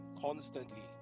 constantly